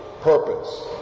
Purpose